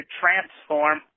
transform